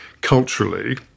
culturally